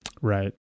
Right